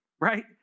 right